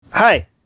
Hi